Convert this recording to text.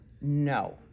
No